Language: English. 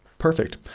perfect,